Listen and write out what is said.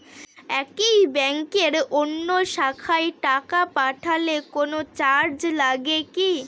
একই ব্যাংকের অন্য শাখায় টাকা পাঠালে কোন চার্জ লাগে কি?